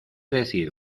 decir